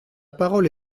parole